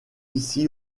ici